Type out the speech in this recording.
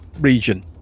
region